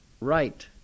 right